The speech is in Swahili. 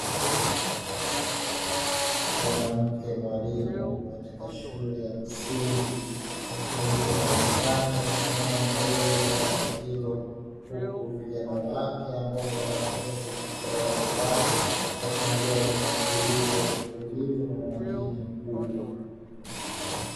Mwanamke mwalimu katika shule ya msingi akiwa yupo darasani amesimama mbele ya darasa hilo huku vijana wake ambao ni wanafunzi katika darasa lake wakiendelea kumsikiliza kwa utulivu na umakini mkubwa.